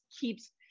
keeps